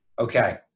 Okay